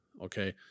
Okay